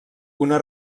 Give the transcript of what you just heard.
una